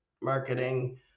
marketing